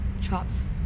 chops